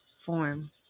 form